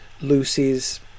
Lucy's